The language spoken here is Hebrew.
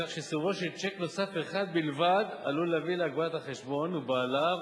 כך שסירובו של צ'ק נוסף אחד בלבד עלול להביא להגבלת החשבון ובעליו,